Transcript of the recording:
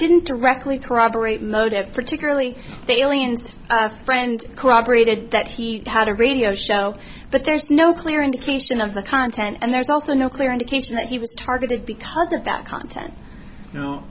didn't directly corroborate motive particularly salient after friend cooperated that he had a radio show but there's no clear indication of the content and there's also no clear indication that he was targeted because of that content you know